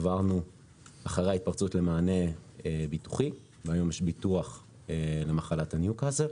עברנו אחרי ההתפרצות למענה ביטוחי והיום יש ביטוח למחלת הניוקאסל.